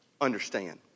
understand